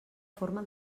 forma